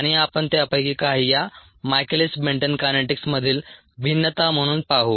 आणि आपण त्यापैकी काही या मायकेलिस मेन्टेन कायनेटिक्स मधील भिन्नता म्हणून पाहू